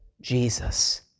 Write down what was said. Jesus